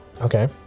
Okay